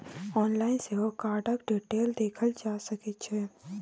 online सेहो कार्डक detail देखल जा सकै छै